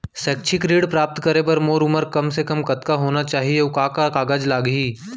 शैक्षिक ऋण प्राप्त करे बर मोर उमर कम से कम कतका होना चाहि, अऊ का का कागज लागही?